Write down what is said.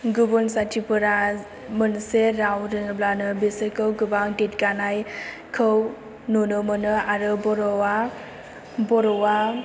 गुबुन जाथिफोरा मोनसे राव रोंङोब्लानो बिसोरखौ गोबां देरगानायखौ नुनो मोनो आरो बर'आ